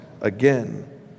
again